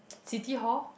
City Hall